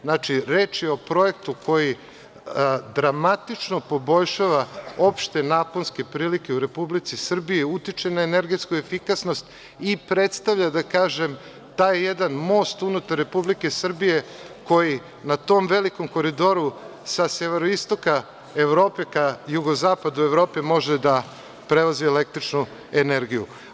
Znači, reč je o projektu koji dramatično poboljšava opšte naponske prilike u Republici Srbiji, utiče na energetsku efikasnost i predstavlja, da kažem, taj jedan most unutar Republike Srbije, koji na tom velikom koridoru sa severoistoka Evrope, ka jugozapadu Evrope može da prevozi električnu energiju.